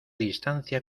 distancia